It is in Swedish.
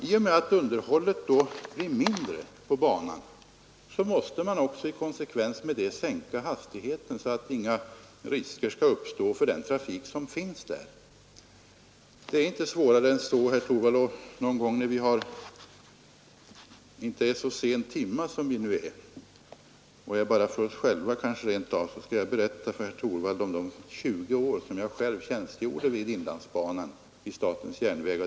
I och med att underhållet av banan minskas måste man i konsekvens härmed sänka hastigheterna så att inte risker uppstår för trafiken. Det är inte svårare än så, herr Torwald. Någon gång när timmen inte är så sen eller när vi rent av är för oss själva, skall jag berätta för herr Torwald om de 20 år under vilka jag själv tjänstgjorde vid inlandsbanan.